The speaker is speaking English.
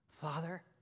Father